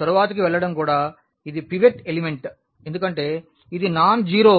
తరువాతి దశకు వెళ్ళడం కూడా ఇది పివట్ ఎలిమెంట్ ఎందుకంటే ఇది నాన్ జీరో